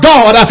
God